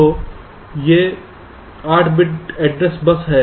तो ये और 8 बिट एड्रेस बस है